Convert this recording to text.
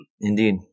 Indeed